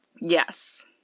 Yes